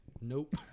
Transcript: nope